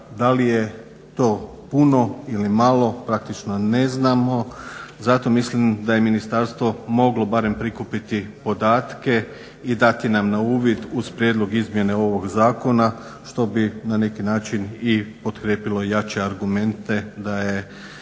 Da li je to puno ili je malo, praktično ne znamo. zato mislim da je ministarstvo moglo barem prikupiti podatke i dati nam na uvid uz prijedlog izmjene ovog zakona što bi na neki način i potkrijepilo jače argumente da je